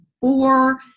four